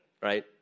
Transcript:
right